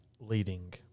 leading